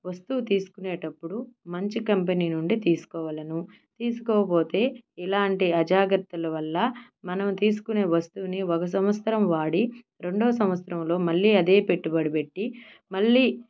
వస్తువు తీసుకునేటప్పుడు మంచి కంపెనీ నుండి తీసుకోవలెను తీసుకోకపోతే ఇలాంటి అజాగ్రత్తలు వల్ల మనం తీసుకునే వస్తువుని ఒక సంవత్సరం వాడి రెండో సంవత్సరంలో మళ్ళీ అదే పెట్టుబడి పెట్టి మళ్ళీ